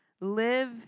Live